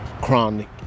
chronic